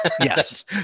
yes